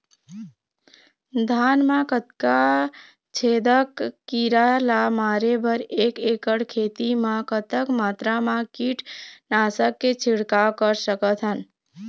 धान मा कतना छेदक कीरा ला मारे बर एक एकड़ खेत मा कतक मात्रा मा कीट नासक के छिड़काव कर सकथन?